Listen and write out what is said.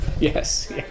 Yes